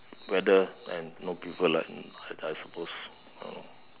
weather and you know people like me that I suppose those you know